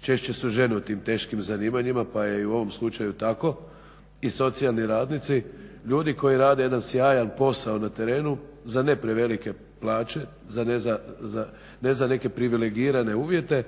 češće su žene u tim teškim zanimanjima, pa je i u ovom slučaju tako i socijalni radnici ljudi koji rade jedan sjajan posao na terenu za ne prevelike plaće, ne za neke privilegirane uvijete